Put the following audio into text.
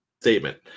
statement